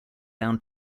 down